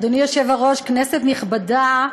אדוני היושב-ראש, כנסת נכבדה,